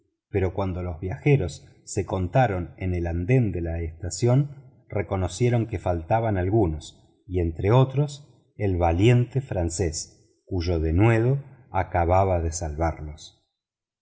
pero cuando los viajeros se contaron en el andén de la estación reconocieron que fantaban algunos y entre otros el valiente francés cuyo denuedo acababa de salvarlos